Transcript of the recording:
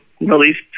released